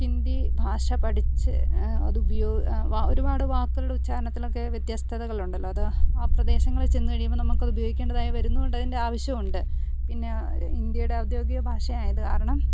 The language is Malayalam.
ഹിന്ദി ഭാഷ പഠിച്ചു അതു ഒരുപാട് വാക്കുകളുള്ള ഉച്ചാരണത്തിലൊക്കെ വ്യത്യസ്തതകളുണ്ടല്ലോ അത് ആ പ്രദേശങ്ങളിൽ ചെന്നു കഴിയുമ്പോൾ നമുക്ക് അതുപയോഗിക്കേണ്ടതായി വരുന്നത് കൊണ്ട് അതിൻ്റെ ആവശ്യമുണ്ട് പിന്നെ ഇന്ത്യയുടെ ഔദ്യോഗിക ഭാഷയായത് കാരണം